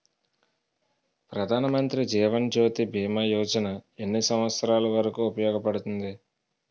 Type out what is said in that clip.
ప్రధాన్ మంత్రి జీవన్ జ్యోతి భీమా యోజన ఎన్ని సంవత్సారాలు వరకు ఉపయోగపడుతుంది?